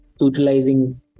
utilizing